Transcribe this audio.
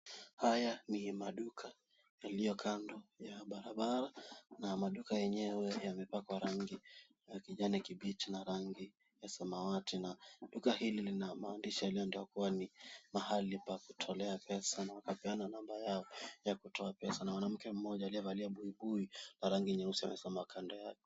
Haya ni maduka yaliyo kando ya barabara na maduka yenyewe yamepakwa rangi ya kijani kibichi na rangi ya samawati. Na duka hili lina maandishi yaliyo andikwa kuwa ni mahali pa kutolea pesa na wakapeana namba yao ya kutoa pesa. Na mwanamke mmoja aliyevalia buibui ya rangi nyeusi amesimama kando yake.